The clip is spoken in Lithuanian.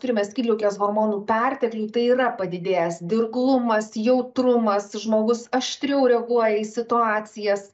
turime skydliaukės hormonų perteklių tai yra padidėjęs dirglumas jautrumas žmogus aštriau reaguoja į situacijas